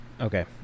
Okay